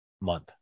month